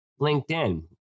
LinkedIn